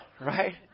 right